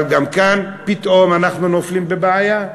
אבל גם כאן פתאום אנחנו נופלים לבעיה,